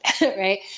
right